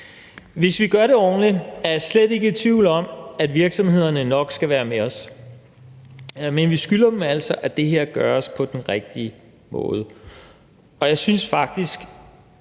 Hvis vi gør det ordentligt, er jeg slet ikke i tvivl om, at virksomhederne nok skal være med os. Men vi skylder dem altså, at det her gøres på den rigtige måde.